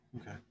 Okay